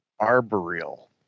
arboreal